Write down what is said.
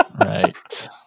Right